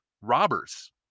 robbers